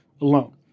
alone